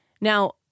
Now